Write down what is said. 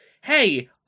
Hey